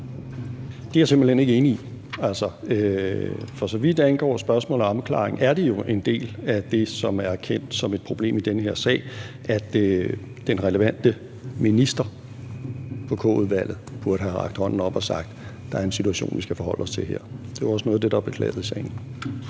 Det er jeg simpelt hen ikke enig i. For så vidt angår spørgsmålet om afklaring, er en del af det, som er erkendt som et problem i den her sag, at den relevante minister i K-udvalget burde have rakt hånden op og sagt: Der er en situation her, vi skal forholde os til. Det er jo også noget af det, der er beklaget i sagen.